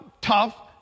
tough